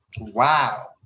Wow